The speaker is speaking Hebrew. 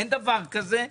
אין דבר כזה,